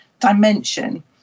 dimension